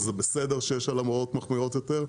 וזה בסדר שיש עליהם הוראות מחמירות יותר,